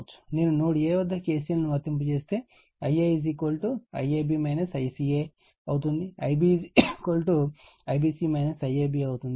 నేను నోడ్ A వద్ద KCL ను వర్తింపజేస్తే Ia IAB ICA గా ఉంటుంది Ib IBC IAB గా ఉంటుంది